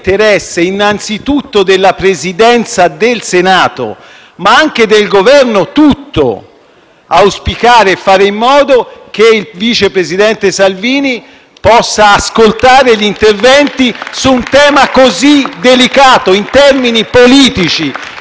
tutto, fare in modo che il vice presidente Salvini possa ascoltare gli interventi su un tema così delicato, in termini politici, in termini di diritti costituzionali, in termini di funzione delle istituzioni: del Governo,